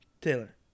Taylor